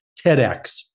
TEDx